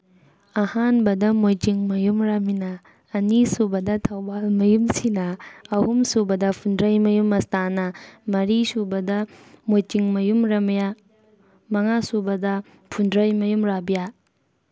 ꯑꯍꯥꯟꯕꯗ ꯃꯣꯏꯖꯤꯡꯃꯌꯨꯝ ꯔꯥꯃꯤꯅꯥ ꯑꯅꯤꯁꯨꯕꯗ ꯊꯧꯕꯥꯜ ꯃꯌꯨꯝ ꯁꯤꯅꯥ ꯑꯍꯨꯝ ꯁꯨꯕꯗ ꯐꯨꯟꯗ꯭ꯔꯩꯃꯌꯨꯝ ꯃꯁꯇꯥꯅꯥ ꯃꯔꯤ ꯁꯨꯕꯗ ꯃꯣꯏꯖꯤꯡꯃꯌꯨꯝ ꯔꯥꯃꯤꯌꯥ ꯃꯉꯥ ꯁꯨꯕꯗ ꯐꯨꯟꯗ꯭ꯔꯩꯃꯌꯨꯝ ꯔꯥꯕꯤꯌꯥ